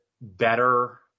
better